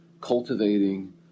cultivating